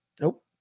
Nope